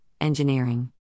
engineering